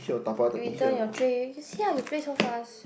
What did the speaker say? return your tray you see lah you play so fast